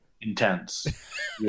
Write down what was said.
intense